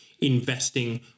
investing